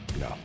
No